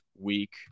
week